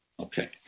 Okay